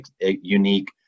unique